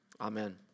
Amen